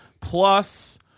Plus